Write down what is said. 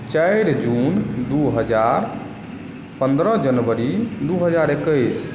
चारि जून दू हजार पन्द्रह जनवरी दू हजार इक्कीस